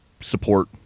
support